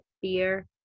fear